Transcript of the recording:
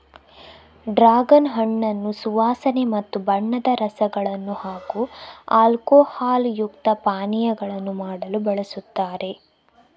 dragon ಹಣ್ಣನ್ನು ಸುವಾಸನೆ ಮತ್ತು ಬಣ್ಣದ ರಸಗಳನ್ನು ಹಾಗೂ ಆಲ್ಕೋಹಾಲ್ ಯುಕ್ತ ಪಾನೀಯಗಳನ್ನು ಮಾಡಲು ಬಳಸುತ್ತಾರೆ